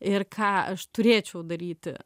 ir ką aš turėčiau daryti